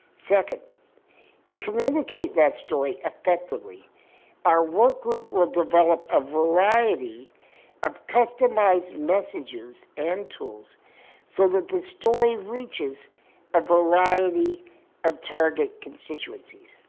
second to communicate that story effectively our workgroup will develop a variety of customized messages and tools so that the story reaches a variety of target constituencies,